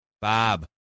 Bob